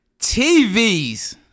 TVs